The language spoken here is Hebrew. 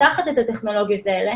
שמפתחת את הטכנולוגיות האלה,